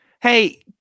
Hey